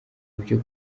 ibyo